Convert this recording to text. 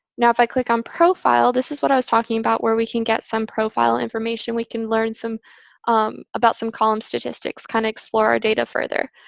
now, if i click on profile, this is what i was talking about, where we can get some profile information. we can learn some about some column statistics, kind of explore our data further.